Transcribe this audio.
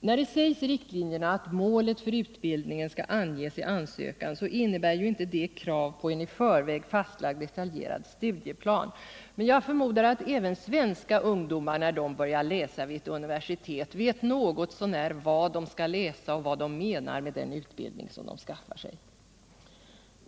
När det sägs i riktlinjerna att målet för utbildningen skall anges i ansökan, så innebär inte detta krav på en i förväg fastlagd detaljerad studieplan. Jag förmodar att även svenska ungdomar som börjar läsa på universitet vet något så när vad de skall läsa och vad de vill med den utbildning de skaffar sig.